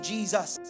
Jesus